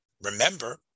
remember